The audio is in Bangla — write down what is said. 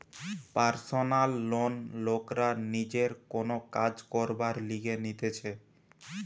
পারসনাল লোন লোকরা নিজের কোন কাজ করবার লিগে নিতেছে